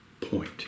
point